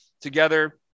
together